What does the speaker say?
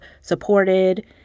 supported